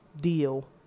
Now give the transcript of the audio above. deal